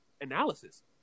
analysis